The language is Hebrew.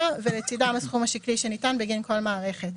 ולצדם הסכום השקלי שניתן בגין כל מערכת.